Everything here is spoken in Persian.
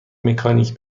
مکانیک